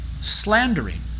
slandering